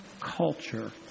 culture